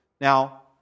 now